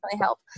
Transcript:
help